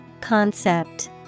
Concept